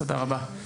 תודה רבה.